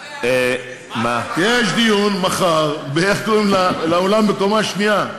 יש דיון מחר, איך קוראים לאולם בקומה השנייה?